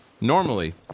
Normally